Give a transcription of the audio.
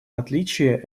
отличие